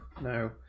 no